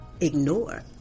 ignore